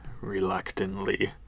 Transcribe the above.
reluctantly